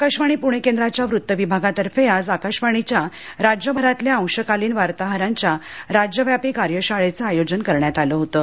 आकाशवाणी पुणे केंद्राच्या वृत्त विभागातर्फे आज आकाशवाणीच्या राज्यभरातल्या अंशकालीन वार्ताहरांच्या राज्यव्यापी कार्यशाळेचं आयोजन करण्यात आलं होतं